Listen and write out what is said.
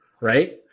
right